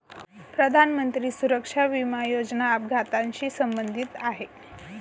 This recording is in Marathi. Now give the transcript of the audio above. प्रधानमंत्री सुरक्षा विमा योजना अपघाताशी संबंधित आहे